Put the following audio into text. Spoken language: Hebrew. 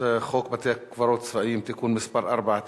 אנחנו עוברים להצבעה על הצעת חוק בתי-קברות צבאיים (תיקון מס' 4),